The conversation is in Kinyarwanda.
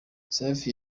safi